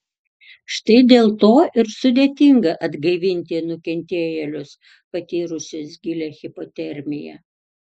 štai dėl to ir sudėtinga atgaivinti nukentėjėlius patyrusius gilią hipotermiją